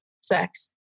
sex